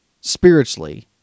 spiritually